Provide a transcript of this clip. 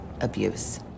abuse